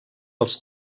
els